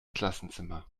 klassenzimmer